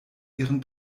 ihren